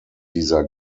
dieser